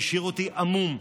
שהשאיר אותי המום.